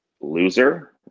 loser